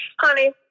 honey